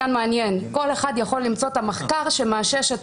שקווי הדמיון בין המקרים השונים הם הרבה יותר גדולים מקווי השוני.